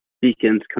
Beacons